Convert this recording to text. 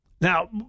Now